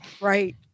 Right